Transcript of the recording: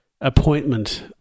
appointment